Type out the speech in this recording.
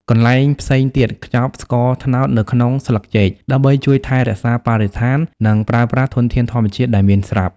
កន្លែងផ្សេងទៀតខ្ចប់ស្ករត្នោត នៅក្នុងស្លឹកចេក ដើម្បីជួយថែរក្សាបរិស្ថាន និងប្រើប្រាស់ធនធានធម្មជាតិដែលមានស្រាប់។